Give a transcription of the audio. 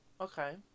Okay